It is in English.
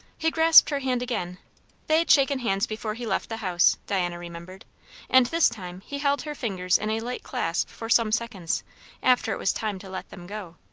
he grasped her hand again they had shaken hands before he left the house, diana remembered and this time he held her fingers in a light clasp for some seconds after it was time to let them go.